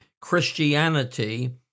Christianity